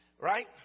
Right